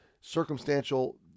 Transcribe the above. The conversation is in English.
circumstantial